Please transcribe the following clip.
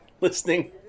Listening